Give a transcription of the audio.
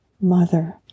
mother